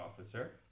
Officer